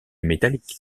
métalliques